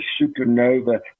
supernova